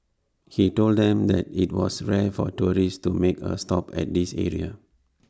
he told them that IT was rare for tourists to make A stop at this area